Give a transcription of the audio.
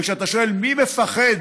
וכשאתה שואל: מי מפחד